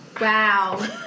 Wow